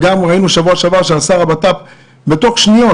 ראינו שבוע שעבר ששר הבט"פ תוך שניות